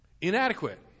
Inadequate